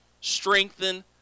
strengthen